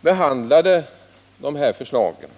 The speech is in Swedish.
behandlade riksdagen de här förslagen.